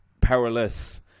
powerless